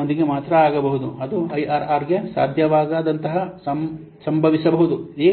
ನೊಂದಿಗೆ ಮಾತ್ರ ಆಗಬಹುದು ಅದು ಐಆರ್ಆರ್ಗೆ ಸಾಧ್ಯವಾಗದಂತಹದು ಸಂಭವಿಸಬಹುದು ಈ